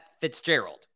Fitzgerald